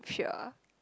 sure